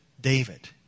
David